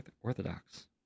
Orthodox